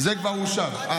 זה כבר אושר אז.